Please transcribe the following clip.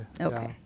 Okay